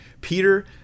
Peter